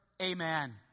Amen